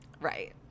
Right